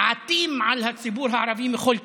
עטים על הציבור הערבי מכל כיוון.